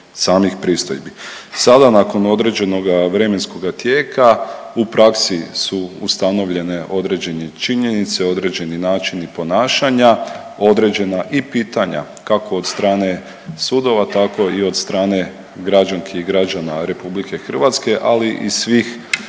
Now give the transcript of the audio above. samih pristojbi. Sada nakon određenoga vremenskoga tijeka u praksi su ustanovljene određene činjenice i određeni načini ponašanja, određena i pitanja kako od strane sudova, tako i od strane građanki i građana RH, ali i svih